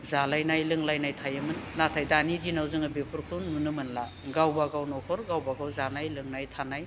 जालायनाय लोंलायनाय थायोमोन नाथाय दानि दिनाव जोङो बेफोरखौ नुनो मोनला गावबागाव न'खर गावबागाव जानाय लोंनाय थानाय